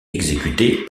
exécutés